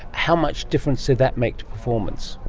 how much difference did that make to performance?